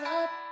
up